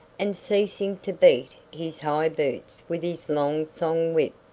and ceasing to beat his high boots with his long-thonged whip.